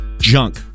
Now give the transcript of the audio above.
junk